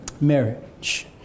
marriage